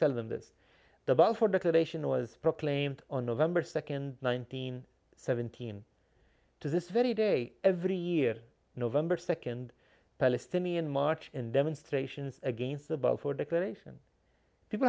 tell them this the balfour declaration was proclaimed on november second nineteen seventeen to this very day every year november second palestinian march and demonstrations against the buffer declaration people